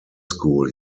school